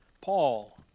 Paul